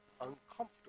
uncomfortable